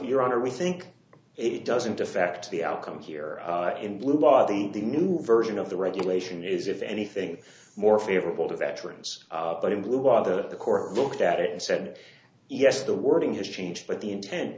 your honor we think it doesn't affect the outcome here in blue law the the new version of the regulation is if anything more favorable to veterans but in blue other the corps looked at it and said yes the wording has changed but the intent